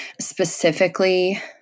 Specifically